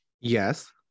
Yes